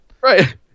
Right